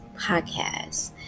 podcast